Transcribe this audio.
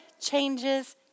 changes